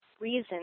reason